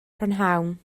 prynhawn